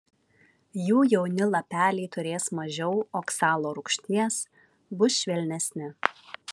jų jauni lapeliai turės mažiau oksalo rūgšties bus švelnesni